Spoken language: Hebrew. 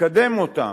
לקדם אותם.